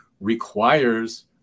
requires